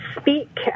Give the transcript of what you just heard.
speak